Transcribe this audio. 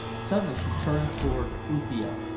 suddenly she turned toward uthia.